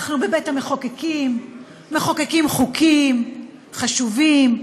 אנחנו בבית-המחוקקים מחוקקים חוקים חשובים,